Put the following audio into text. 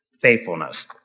faithfulness